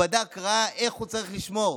בדק וראה איך הוא צריך לשמור.